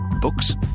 Books